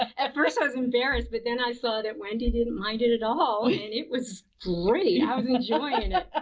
at first i was embarrassed, but then i saw that wendy did not mind it at all yeah and it was great. i was enjoying i mean it.